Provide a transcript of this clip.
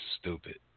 stupid